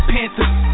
Panthers